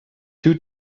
two